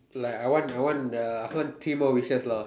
like I want I want uh I want three more wishes lah